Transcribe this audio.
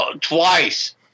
twice